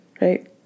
right